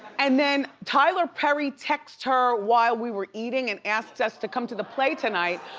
and then tyler perry texts her while we were eating and asked us to come to the play tonight